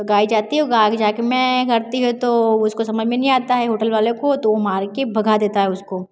तो गाय जाती है और गाय आगे जा के में करती है तो उसको समझ में नहीं आता है होटल वाले को तो वो मार के भगा देता है उसको